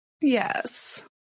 Yes